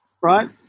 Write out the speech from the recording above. right